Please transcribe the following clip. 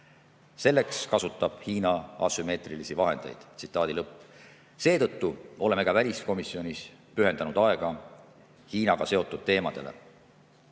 Selleks kasutab Hiina asümmeetrilisi vahendeid." Seetõttu oleme ka väliskomisjonis pühendanud aega Hiinaga seotud teemadele.